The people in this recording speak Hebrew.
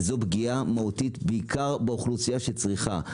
זאת פגיעה מהותית באוכלוסייה שצריכה.